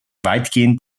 weitgehend